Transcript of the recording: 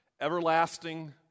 Everlasting